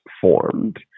formed